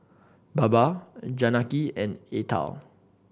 Baba Janaki and Atal